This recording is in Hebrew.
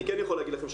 אני כן יכול להגיד לכם,